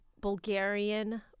Bulgarian